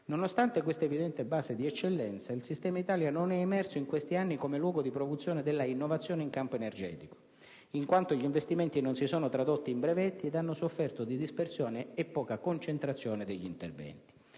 Nonostante questa evidente base di eccellenza, il sistema Italia non è emerso in questi anni come luogo di produzione dell'innovazione in campo energetico, in quanto gli investimenti non si sono tradotti in brevetti ed hanno sofferto di dispersione e poca concentrazione degli interventi.